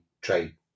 trade